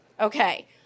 okay